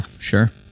sure